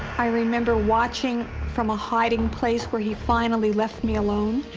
i remember watching from a hiding place where he finally left me alone.